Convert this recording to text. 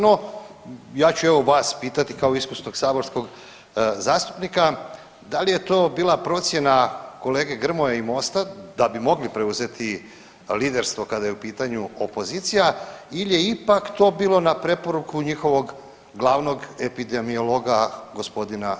No, ja ću evo vas pitati kao iskusnog saborskog zastupnika da li je to bila procjena kolege Grmoje i MOST-a da bi mogli preuzeti liderstvo kada je u pitanju opozicija ili je ipak to bilo na preporuku njihovog glavnog epidemiologa gospodina Bulja?